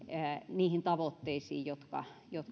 niihin tavoitteisiin jotka